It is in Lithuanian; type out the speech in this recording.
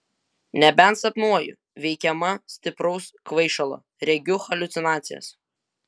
nebent sapnuoju veikiama stipraus kvaišalo regiu haliucinacijas